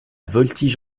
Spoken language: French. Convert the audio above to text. voltige